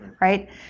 right